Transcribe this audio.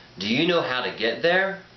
do you know how to get there?